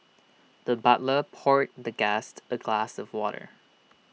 the butler poured the guest A glass of water